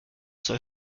soll